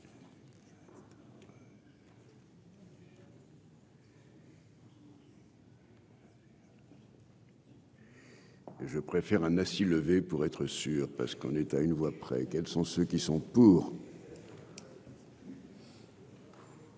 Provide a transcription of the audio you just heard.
je préfère un assis pour être sûr parce qu'on est à une voix près quels sont ceux qui sont pour.